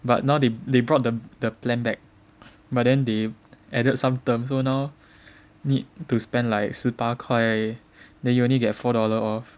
but now they they brought the the plan back but then they added some terms so now need to spend like 十八块 then you only get four dollar off